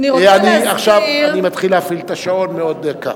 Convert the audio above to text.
אני מתחיל להפעיל את השעון מעוד דקה.